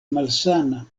malsana